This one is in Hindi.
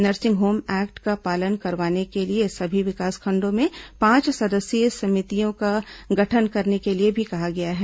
नर्सिंग होम एक्ट का पालन करवाने के लिए सभी विकासखंडों में पांच सदस्यीय समितियों का गठन करने के लिए भी कहा गया है